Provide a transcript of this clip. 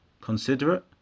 considerate